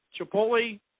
Chipotle